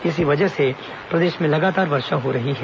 इसी वजह से प्रदेश में लगातार वर्षा हो रही है